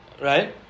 right